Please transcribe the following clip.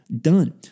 done